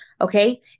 Okay